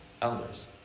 elders